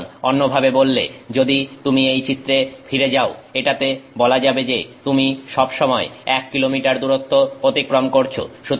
সুতরাং অন্যভাবে বললে যদি তুমি এই চিত্রে ফিরে যাও এটাতে বলা যাবে যে তুমি সব সময় 1 কিলোমিটার দূরত্ব অতিক্রম করছো